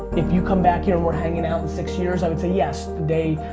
if you come back here and we're hanging out in six years, i would say, yes, they,